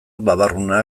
babarruna